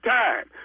time